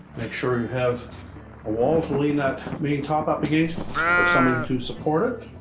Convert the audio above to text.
make sure you have a wall to lean that main top up against or somebody to support it.